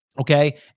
Okay